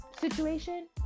situation